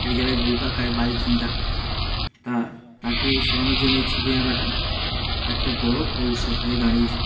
এক জায়গায় ঘুরপাক খায় বাজে চিন্তা তা তাকে সরানোর জন্য এই ছবি আঁকাটা একটা বড়ো ঔষধ হয়ে দাঁড়িয়েছে